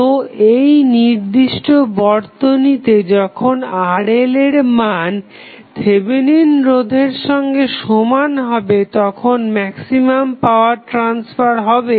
তো এই নির্দিষ্ট বর্তনীতে যখন RL এর মান থেভেনিন রোধের সঙ্গে সমান হবে তখন ম্যাক্সিমাম পাওয়ার ট্রাসফার হবে